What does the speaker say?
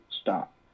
stop